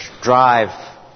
drive